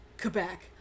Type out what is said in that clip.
Quebec